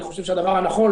אני חושב שהדבר הנכון,